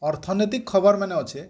ଅର୍ଥନିତୀକ ଖବର୍ ମାନେ ଅଛେ୍